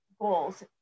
goals